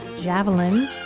Javelin